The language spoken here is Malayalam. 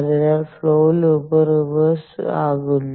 അതിനാൽ ഫ്ലോ ലൂപ്പ് റിവേഴ്സ് ആകുന്നു